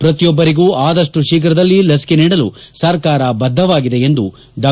ಶ್ರತಿಯೊಬ್ಬರಿಗೂ ಆದಷ್ಟು ಶೀಘ್ರದಲ್ಲಿ ಲಭಿಕೆ ನೀಡಲು ಸರ್ಕಾರ ಬದ್ದವಾಗಿದೆ ಎಂದು ಡಾ